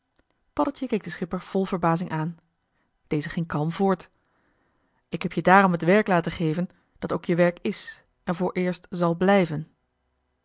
paddeltje keek den schipper vol verbazing aan deze ging kalm voort ik heb je daarom het werk laten geven dat ook je werk is en vooreerst zal blijven